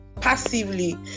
passively